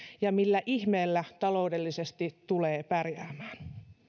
ja millä ihmeellä taloudellisesti tulee pärjäämään